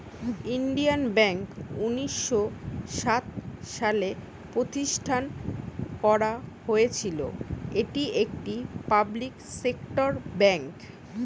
Indian bank উনিশ শ সাত সালে প্রতিষ্ঠান করা হয়েছিল, এটি একটি পাবলিক সেক্টর বেঙ্ক